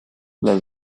las